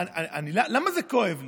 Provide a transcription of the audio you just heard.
למה זה כואב לי?